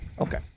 Okay